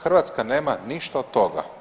Hrvatska nema ništa od toga.